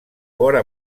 vora